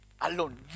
alone